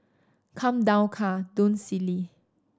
come down car don't silly